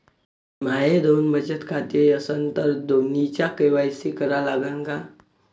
माये दोन बचत खाते असन तर दोन्हीचा के.वाय.सी करा लागन का?